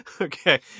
Okay